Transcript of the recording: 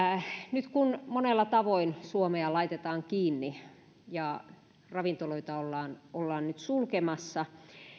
nyt kun monella tavoin suomea laitetaan kiinni ja ravintoloita ollaan ollaan sulkemassa